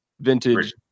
vintage